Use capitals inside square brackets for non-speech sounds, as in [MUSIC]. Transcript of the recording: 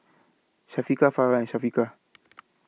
Syafiqah Farah and Syafiqah [NOISE]